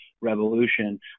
Revolution